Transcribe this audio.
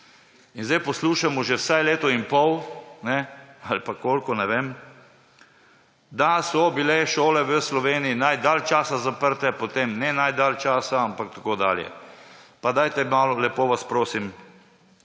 In zdaj poslušamo že vsaj leto in pol ali koliko, ne vem, da so bile šole v Sloveniji najdalj časa zaprte, potem ne najdalj časa, ampak tako dalje. Pa dajte malo, lepo vas prosim